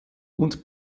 und